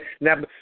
Now